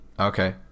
Okay